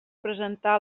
presentar